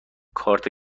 کارت